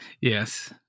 Yes